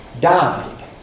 died